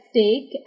take